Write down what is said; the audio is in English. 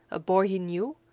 a boy he knew,